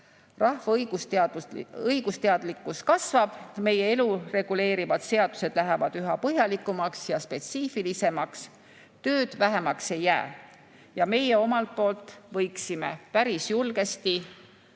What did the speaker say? Rahva õigusteadlikkus kasvab, meie elu reguleerivad seadused lähevad üha põhjalikumaks ja spetsiifilisemaks. Tööd vähemaks ei jää. Ja meie võiksime päris julgesti